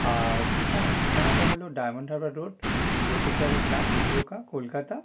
আর ঠিকানা ঠিকানাটা হল ডায়মন্ড হারবার রোড ব্রতচারী গ্রাম জোকা কলকাতা